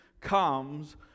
comes